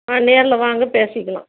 ஆ நேரில் வாங்க பேசிக்கலாம்